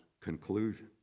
conclusion